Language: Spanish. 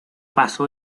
pasó